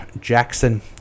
Jackson